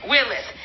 Willis